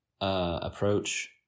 approach